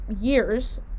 years